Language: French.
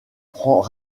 prend